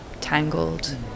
tangled